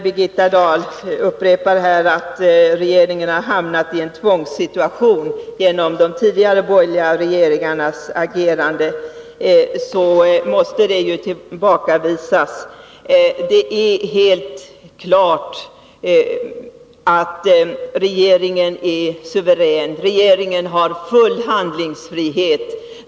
Birgitta Dahl upprepade att regeringen hamnat i en tvångssituation genom de tidigare borgerliga regeringarnas agerande. Det måste tillbakavisas. Regeringen är suverän. Regeringen har full handlingsfrihet.